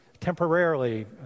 temporarily